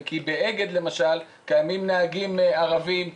כי באגד למשל יש נהגים ערבים,